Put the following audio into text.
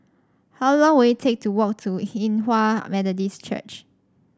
how long will it take to walk to Hinghwa Methodist Church